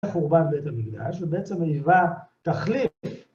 חורבן בית המגדש, ובעצם העברה תחליף.